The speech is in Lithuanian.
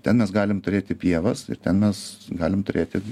ten mes galim turėti pievas ir ten mes galim turėti